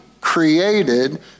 created